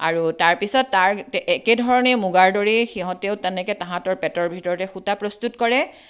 আৰু তাৰপিছত তাৰ একেধৰণেই মুগাৰ দৰেই সিহঁতেও তেনেকৈ তাহাঁতৰ পেটৰ ভিতৰতে সূতা প্ৰস্তুত কৰে